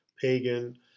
pagan